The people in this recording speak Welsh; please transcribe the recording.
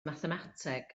mathemateg